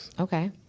Okay